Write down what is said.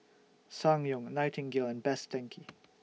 Ssangyong Nightingale and Best Denki